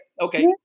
Okay